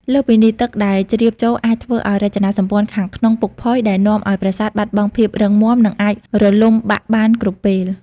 លើសពីនេះ ទឹកដែលជ្រាបចូលអាចធ្វើឱ្យរចនាសម្ព័ន្ធខាងក្នុងពុកផុយ ដែលនាំឱ្យប្រាសាទបាត់បង់ភាពរឹងមាំ និងអាចរលំបាក់បានគ្រប់ពេល។